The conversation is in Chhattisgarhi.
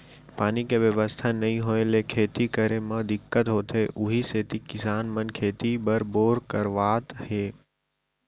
पानी के बेवस्था नइ होय ले खेती करे म दिक्कत होथे उही सेती किसान मन खेती बर बोर करवात हे